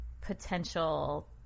potential